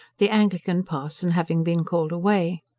the anglican parson having been called away.